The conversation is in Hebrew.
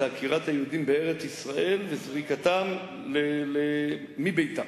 זה עקירת היהודים מארץ-ישראל וזריקתם מביתם.